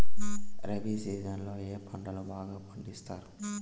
rabi season లో ఏ పంటలు బాగా పండిస్తారు